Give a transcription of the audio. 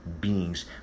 beings